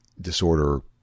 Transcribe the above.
disorder